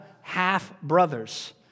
half-brothers